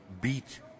beat